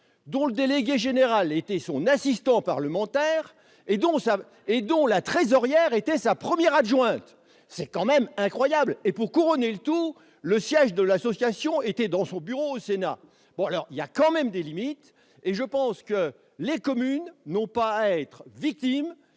dont le délégué général était son assistant parlementaire, et dont la trésorière était sa première adjointe ! C'est quand même incroyable ! Pour couronner le tout, le siège de l'association se trouvait dans son bureau au Sénat ! Il y a quand même des limites ! Et les communes n'ont pas à être les victimes